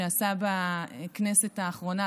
שעשה בכנסת האחרונה,